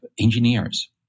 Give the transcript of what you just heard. engineers